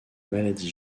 maladies